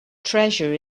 treasure